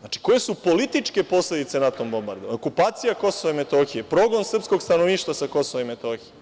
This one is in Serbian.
Znači, koje su političke posledice NATO bombardovanja, okupacija Kosova i Metohije, progon srpskog stanovništva sa Kosova i Metohije